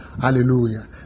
Hallelujah